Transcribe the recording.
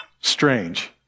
Strange